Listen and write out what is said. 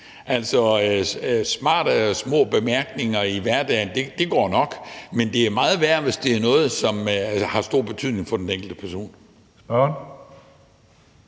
Altså, små smarte bemærkninger i hverdagen går nok, men det er meget værre, hvis det er noget, som har stor betydning for den enkelte person. Kl.